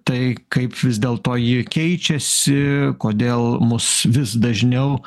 tai kaip vis dėlto ji keičiasi kodėl mus vis dažniau